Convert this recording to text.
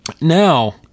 Now